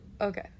Okay